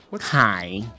Hi